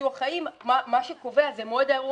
בביטוח חיים מה שקובע זה מועד האירוע